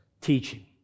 teaching